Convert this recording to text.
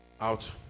Out